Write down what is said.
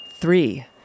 Three